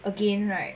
again right